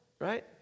right